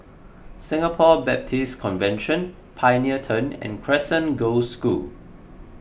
Singapore Baptist Convention Pioneer Turn and Crescent Girls' School